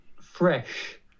fresh